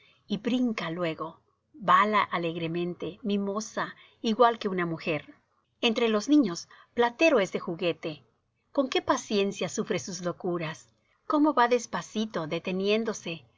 y brinca luego y bala alegremente mimosa igual que una mujer entre los niños platero es de juguete con qué paciencia sufre sus locuras cómo va despacito deteniéndose